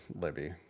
Libby